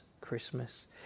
Christmas